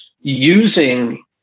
using